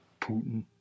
Putin